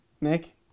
Nick